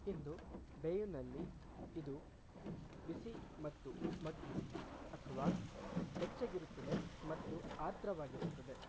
ಇಂದು ಬೇಯುನಲ್ಲಿ ಇದು ಬಿಸಿ ಮತ್ತು ಮಗ್ಗಿ ಅಥವಾ ಬೆಚ್ಚಗಿರುತ್ತದೆ ಮತ್ತು ಆರ್ದ್ರವಾಗಿರುತ್ತದೆ